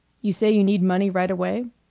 you say you need money right away?